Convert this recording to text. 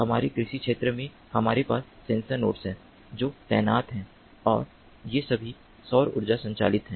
हमारे कृषि क्षेत्र में हमारे पास सेंसर नोड्स हैं जो तैनात हैं और ये सभी सौर ऊर्जा संचालित हैं